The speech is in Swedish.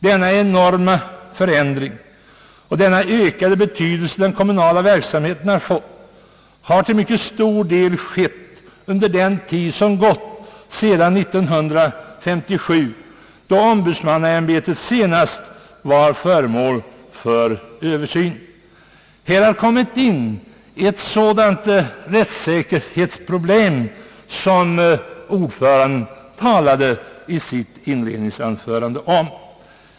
Denna enorma förändring och den ökade betydelse som den kommunala verksamheten har fått kan till mycket stor del hänföras till den tid som gått sedan år 1957 då ombudsmannaämbetet senast var föremål för översyn. Här har kommit in ett sådant rättssäkerhetsproblem som utskottets ordförande talade om i sitt inledningsanförande.